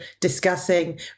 discussing